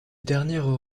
dernières